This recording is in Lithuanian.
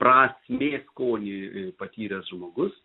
prasmės skonį patyręs žmogus